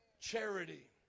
Charity